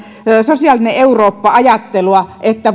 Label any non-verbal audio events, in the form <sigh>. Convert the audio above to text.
sosiaalinen eurooppa ajattelua että <unintelligible>